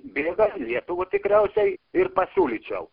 bėga į lietuvą tikriausiai ir pasiūlyčiau